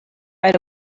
right